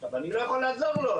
אני לא יכול לעזור לו,